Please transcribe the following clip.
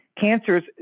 cancers